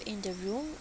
in the room